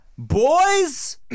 boys